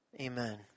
Amen